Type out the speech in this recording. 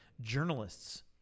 journalists